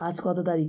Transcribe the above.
আজ কত তারিখ